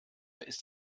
ist